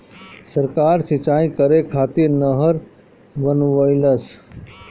सरकार सिंचाई करे खातिर नहर बनवईलस